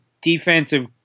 defensive